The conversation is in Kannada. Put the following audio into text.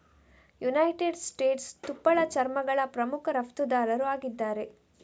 ಯುನೈಟೆಡ್ ಸ್ಟೇಟ್ಸ್ ತುಪ್ಪಳ ಚರ್ಮಗಳ ಪ್ರಮುಖ ರಫ್ತುದಾರರು ಆಗಿದ್ದಾರೆ